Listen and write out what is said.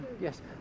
yes